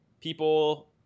people